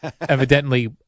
evidently